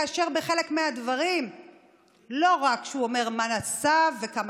כאשר בחלק מהדברים לא רק שהוא אומר מה נעשה וכמה